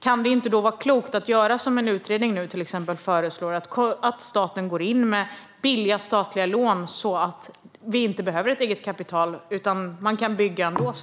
Kan det då inte vara klokt att göra som till exempel en utredning nu föreslår, nämligen att staten går in med billiga statliga lån så att det inte behövs ett eget kapital utan att man kan bygga ändå?